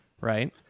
right